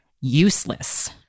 useless